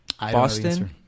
boston